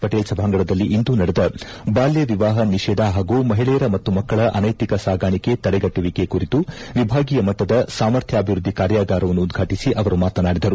ಪಟೇಲ್ ಸಭಾಂಗಣದಲ್ಲಿ ಇಂದು ನಡೆದ ಬಾಲ್ಯ ವಿವಾಹ ನಿಷೇಧ ಹಾಗೂ ಮಹಿಳೆಯರ ಮತ್ತು ಮಕ್ಕಳ ಅನೈತಿಕ ಸಾಗಾಣಿಕೆ ತಡೆಗಟ್ಟುವಿಕೆ ಕುರಿತು ವಿಭಾಗೀಯ ಮಟ್ಟದ ಸಾಮರ್ಥ್ಯಭಿವೃದ್ಧಿ ಕಾರ್ಯಾಗಾರವನ್ನು ಉದ್ಘಾಟಿಸಿ ಅವರು ಮಾತನಾಡಿದರು